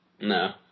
No